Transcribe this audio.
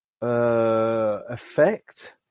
effect